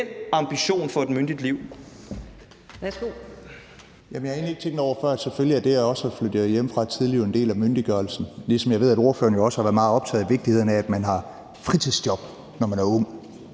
den ambition om et myndigt liv.